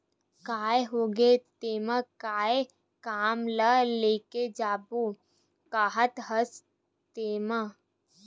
काय होगे तेमा काय काम ल लेके जाबो काहत हस तेंमा?